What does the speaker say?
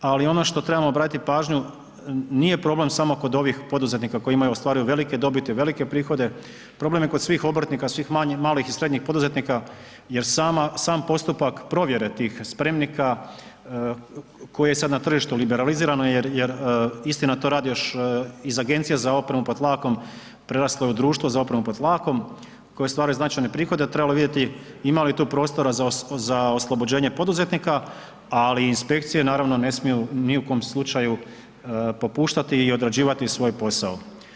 Ali ono što trebamo obratiti pažnju, nije problem samo kod ovih poduzetnika koji imaju, ostvaruju velike dobiti, velike prihode, problem je kod svih obrtnika, svih malih i srednjih poduzetnika jer sam postupak provjere tih spremnika koje je sad na tržištu liberalizirano jer istina to rade još iz agencija za opremu pod tlakom, preraslo je u društvo za opremu pod tlakom koje stvaraju značajne prihode a trebalo bi vidjeti ima li tu prostora za oslobođenje poduzetnika, ali inspekcije naravno ne smiju ni u kojem slučaju popuštati i odrađivati svoj posao.